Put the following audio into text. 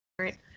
Right